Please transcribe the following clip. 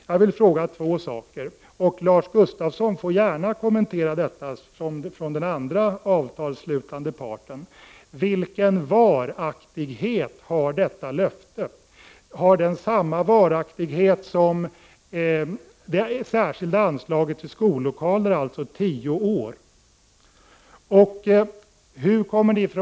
Jag vill ställa två frågor, och Lars Gustafsson får gärna kommentera detta från den andra avtalsslutande parten: Vilken varaktighet har detta löfte? Har det samma varaktighet som det särskilda anslaget till skollokaler, alltså tio år?